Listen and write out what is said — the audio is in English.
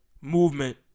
movement